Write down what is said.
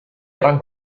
gran